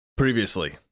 Previously